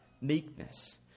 Meekness